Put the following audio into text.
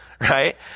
right